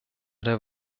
der